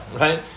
right